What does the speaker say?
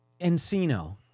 Encino